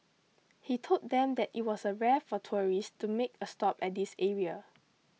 he told them that it was rare for tourists to make a stop at this area